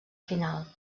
final